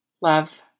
love